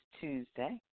Tuesday